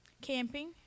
Camping